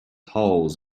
holes